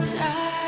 die